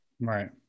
Right